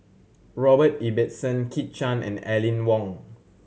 Robert Ibbetson Kit Chan and Aline Wong